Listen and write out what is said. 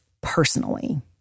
personally